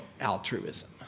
altruism